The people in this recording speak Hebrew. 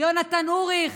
יונתן אוריך,